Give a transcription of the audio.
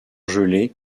gelées